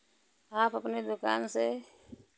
आप अपने दुकान से